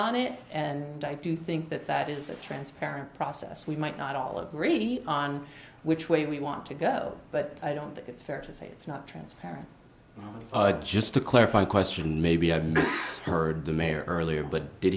it and i do think that that is a transparent process we might not all agree on which way we want to go but i don't think it's fair to say it's not transparent just to clarify question maybe i heard the mayor earlier but did